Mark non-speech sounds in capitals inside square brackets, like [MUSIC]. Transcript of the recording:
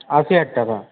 আছে একটা [UNINTELLIGIBLE]